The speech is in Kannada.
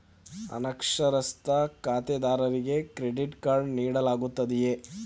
ಅನಕ್ಷರಸ್ಥ ಖಾತೆದಾರರಿಗೆ ಕ್ರೆಡಿಟ್ ಕಾರ್ಡ್ ನೀಡಲಾಗುತ್ತದೆಯೇ?